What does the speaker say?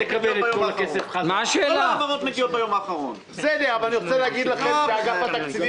שיתכבדו ויציגו איזה שהוא פתרון.